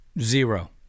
Zero